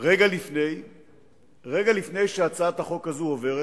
רגע לפני שהצעת החוק הזאת עוברת